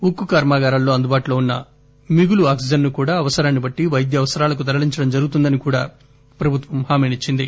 ఉక్కు కర్మాగారాల్లో అందుబాటులో ఉన్న మిగులు ఆక్సిజన్ ను కూడా అవసరాన్ని బట్టి వైద్య అవసరాలకు తరలించడం జరుగుతుందని ప్రభుత్వం హామినిచ్చింద